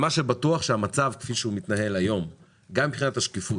כפי שהוא מתנהל היום גם בשקיפות,